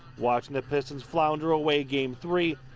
watching the pistons flounder away game three,